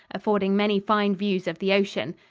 affording many fine views of the ocean.